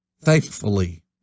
Thankfully